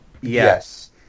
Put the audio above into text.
Yes